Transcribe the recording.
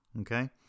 Okay